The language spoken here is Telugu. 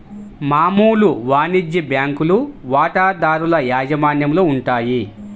మామూలు వాణిజ్య బ్యాంకులు వాటాదారుల యాజమాన్యంలో ఉంటాయి